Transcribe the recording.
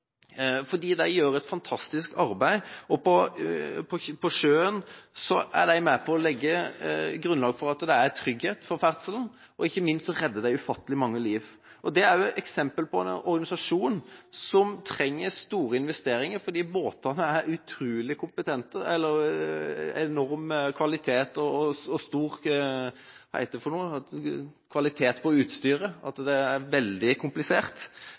De gjør et fantastisk arbeid. På sjøen er de med på å legge grunnlaget for at det er trygg ferdsel. Ikke minst redder de ufattelig mange liv. Det er også et eksempel på en organisasjon som trenger store investeringer, fordi utstyret på båtene er av høy kvalitet, det er veldig komplisert. Derfor vil dette også være viktig for dem. Jeg mener at den politiske oppgaven er at vi skal jobbe for å ta vare på og styrke det